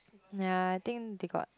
ya I think they got